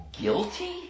guilty